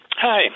hi